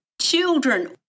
children